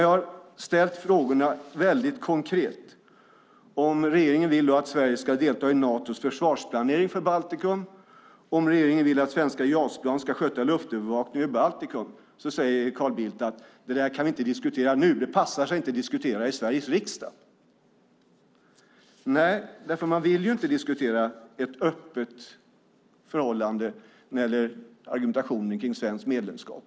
Jag har ställt konkreta frågor: Vill regeringen att Sverige ska delta i Natos försvarsplanering för Baltikum? Vill regeringen att svenska JAS-plan ska sköta luftövervakningen av Baltikum? Då säger Carl Bildt att vi inte kan diskutera det nu och att det inte passar sig att diskutera i Sveriges riksdag. Nej, man vill inte diskutera ett öppet förhållande när det gäller argumentationen om ett svenskt medlemskap.